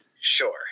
Sure